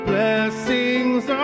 Blessings